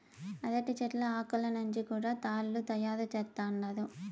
అరటి చెట్ల ఆకులను నుంచి కూడా తాళ్ళు తయారు చేత్తండారు